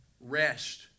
rest